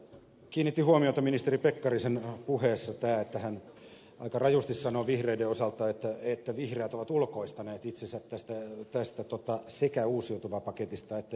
kiinnitin huomiota ministeri pekkarisen puheessa tähän että hän aika rajusti sanoi vihreiden osalta että vihreät ovat ulkoistaneet itsensä sekä uusiutuvapaketista että ydinvoimapaketista